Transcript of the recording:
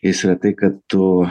jis retai kad tu